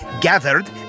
gathered